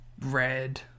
Red